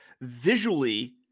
visually